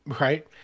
right